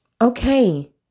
okay